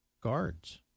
guards